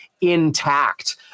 intact